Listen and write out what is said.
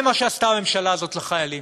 זה מה שעשתה הממשלה הזאת לחיילים.